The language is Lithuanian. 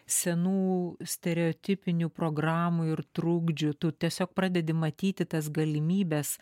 senų stereotipinių programų ir trukdžių tu tiesiog pradedi matyti tas galimybes